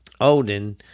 Odin